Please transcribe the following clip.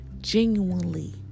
genuinely